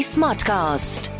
Smartcast